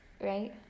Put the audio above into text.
right